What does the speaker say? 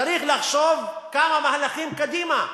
צריך לחשוב כמה מהלכים קדימה,